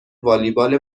والیبال